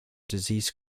disease